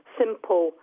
simple